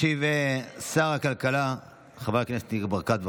ישיב שר הכלכלה חבר הכנסת ניר ברקת.